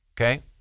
okay